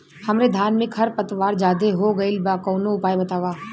हमरे धान में खर पतवार ज्यादे हो गइल बा कवनो उपाय बतावा?